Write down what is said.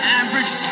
average